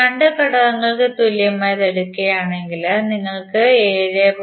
ഈ 2 ഘടകങ്ങൾക്ക് തുല്യമായത് എടുക്കുകയാണെങ്കിൽ നിങ്ങൾക്ക് 7